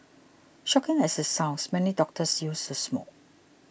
shocking as it sounds many doctors used to smoke